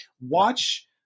watch